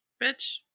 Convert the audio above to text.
Bitch